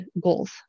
goals